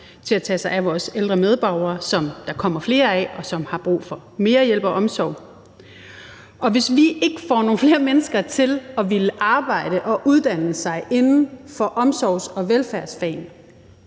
til at tage sig af vores ældre medborgere, som der kommer flere af, og som har brug for mere hjælp og omsorg. Hvis ikke vi får nogle flere mennesker til at ville arbejde og uddanne sig inden for omsorgs- og velfærdsfagene